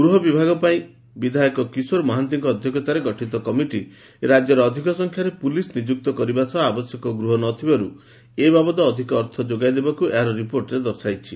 ଗୃହ ବିଭାଗ ପାଇଁ ବିଧାୟକ କିଶୋର ମହାନ୍ତିଙ୍କ ଅଧ୍ଘକ୍ଷତାରେ ଗଠିତ କମିଟି ରାଜ୍ୟରେ ଅଧିକ ସଂଖ୍ୟାରେ ପୁଲିସ୍ ନିଯୁକ୍ତ କରିବା ସହ ଆବଶ୍ୟକ ଗୃହ ନଥିବାର୍ ଏବାବଦ ଅଧିକ ଅର୍ଥ ଯୋଗାଇ ଦେବାକୁ ଏହାର ରିପୋର୍ଟରେ ଦର୍ଶାଇଛି